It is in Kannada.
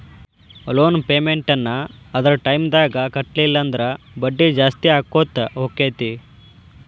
ಲೊನ್ ಪೆಮೆನ್ಟ್ ನ್ನ ಅದರ್ ಟೈಮ್ದಾಗ್ ಕಟ್ಲಿಲ್ಲಂದ್ರ ಬಡ್ಡಿ ಜಾಸ್ತಿಅಕ್ಕೊತ್ ಹೊಕ್ಕೇತಿ